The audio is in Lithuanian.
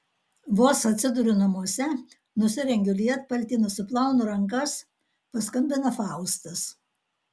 vos atsiduriu namuose nusirengiu lietpaltį nusiplaunu rankas paskambina faustas